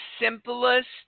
simplest